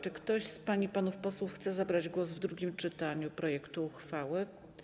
Czy ktoś z pań i panów posłów chce zabrać głos w drugim czytaniu projektu uchwały?